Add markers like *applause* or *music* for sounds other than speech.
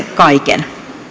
*unintelligible* kaiken